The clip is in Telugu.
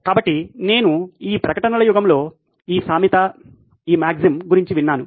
కాబట్టి నేను ఈ ప్రకటనల యుగం లో ఈ సామెత ఈ మాగ్జిమ్ గురించి విన్నాను